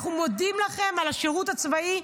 אנחנו מודים לכם על השירות הצבאי,